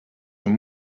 amb